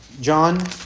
John